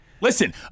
Listen